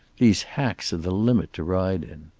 these hacks are the limit to ride in